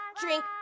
drink